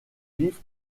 vif